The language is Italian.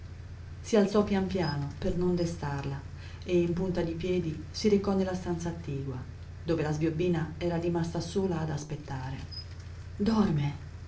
si alzò pian piano per non destarla e in punta di piedi si recò nella stanza attigua dove la sbiobbina era rimasta sola ad aspettare dorme